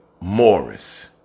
Morris